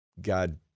God